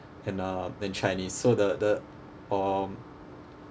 and uh in chinese so the the um